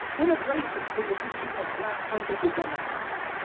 integration is an issue of black underdevelopment,